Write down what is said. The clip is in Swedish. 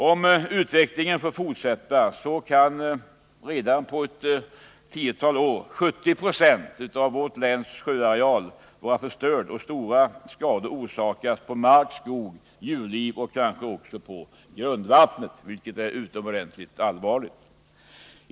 Om utvecklingen får fortsätta kan redan på något tiotal år 70 Ze av vårt läns sjöareal vara förstörd och stora skador orsakas på mark, skog, djurliv och kanske också grundvattnet, vilket är utomordentligt allvarligt.